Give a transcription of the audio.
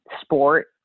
sport